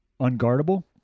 unguardable